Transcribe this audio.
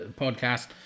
podcast